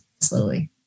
slowly